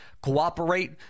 Cooperate